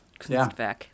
Kunstwerk